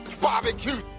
barbecue